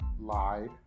Lied